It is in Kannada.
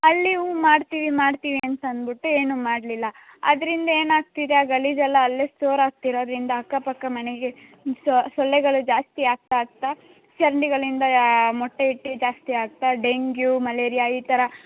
ಹಳ್ಳಿವೂ ಮಾಡ್ತೀವಿ ಮಾಡ್ತೀವಿ ಅಂತ ಅನ್ಬುಟ್ಟು ಏನು ಮಾಡಲಿಲ್ಲ ಅದ್ರಿಂದ ಏನಾಗ್ತಿದೆ ಗಲೀಜೆಲ್ಲ ಅಲ್ಲೇ ಸ್ಟೋರ್ ಆಗ್ತಿರೋದ್ರಿಂದ ಅಕ್ಕ ಪಕ್ಕ ಮನೆಗೆ ಸೊಳ್ಳೆಗಳು ಜಾಸ್ತಿ ಆಗ್ತಾ ಆಗ್ತಾ ಚರಂಡಿಗಳಿಂದ ಮೊಟ್ಟೆ ಇಟ್ಟು ಜಾಸ್ತಿ ಆಗ್ತಾ ಡೆಂಗ್ಯೂ ಮಲೇರಿಯಾ ಈ ಥರ